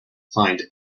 find